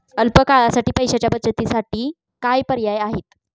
अल्प काळासाठी पैशाच्या बचतीसाठी काय पर्याय आहेत?